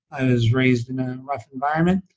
i was raised in a rough environment,